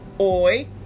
Oi